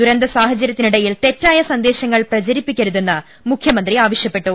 ദുരന്ത സാഹചര്യത്തിനിടയിൽ തെറ്റായി സുന്ദേശങ്ങൾ പ്രച രിപ്പിക്കരുതെന്ന് മുഖ്യമന്ത്രി ആവശ്യപ്പെട്ടു